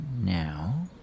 now